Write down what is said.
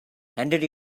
handed